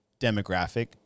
demographic